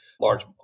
large